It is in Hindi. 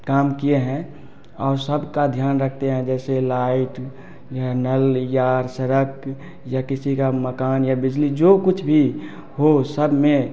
काम किए हैं और सबका ध्यान रखते हैं जैसे लाइट है नल या सड़क या किसी का मकान या बिजली जो कुछ भी हो सब में